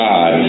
God